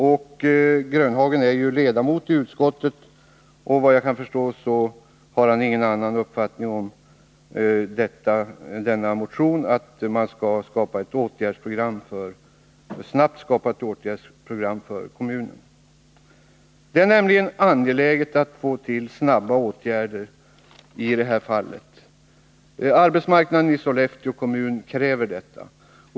Herr Grönhagen är ju ledamot i utskottet, och efter vad jag kan förstå har han ingen annan uppfattning än att man snabbt skall upprätta ett åtgärdsprogram för kommunen. Det är nämligen angeläget att gå in för snabba åtgärder i det här fallet. Arbetsmarknadsläget i Sollefteå kommun kräver detta.